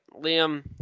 Liam